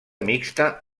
mixta